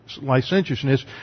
licentiousness